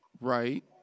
Right